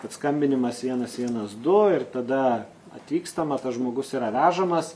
bet skambinimas vienas vienas du ir tada atvykstama tas žmogus yra vežamas